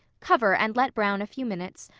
cover and let brown a few minutes.